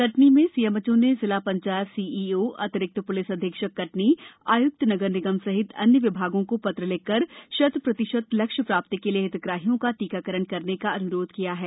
कटनी में सीएमएचओ ने जिला पंचायत सीईओ अतिरिक्त प्लिस अधीक्षक कटनी आय्क्त नगर निगम सहित अन्य विभागों को पत्र लिखकर शत् प्रतिशत लक्ष्य प्राप्ति के लिये हितग्राहियों का टीकाकरण कराने का अन्रोध किया है